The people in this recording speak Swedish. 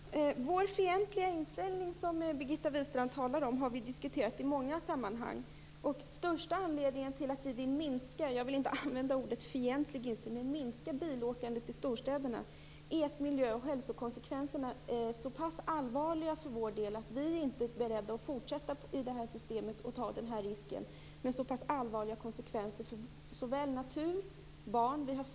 Fru talman! Vår fientliga inställning, som Birgitta Wistrand talar om, har vi diskuterat i många sammanhang. Jag vill inte använda uttrycket fientlig inställning. Den största anledningen till att vi vill minska bilåkandet i storstäderna är att miljö och hälsokonsekvenserna är så pass allvarliga. Vi är inte beredda att fortsätta i det här systemet och ta risken med så allvarliga konsekvenser för såväl natur som barn.